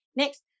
next